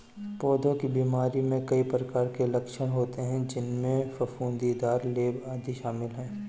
पौधों की बीमारियों में कई प्रकार के लक्षण होते हैं, जिनमें फफूंदीदार लेप, आदि शामिल हैं